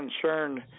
concerned